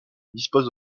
dispose